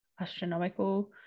astronomical